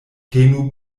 tenu